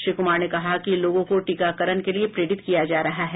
श्री कुमार ने कहा कि लोगों को टीकाकरण के लिए प्रेरित किया जा रहा है